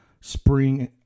spring –